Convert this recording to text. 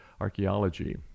archaeology